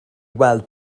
weld